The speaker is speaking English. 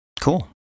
Cool